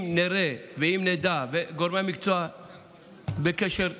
אם נראה, גורמי המקצוע בקשר רציף,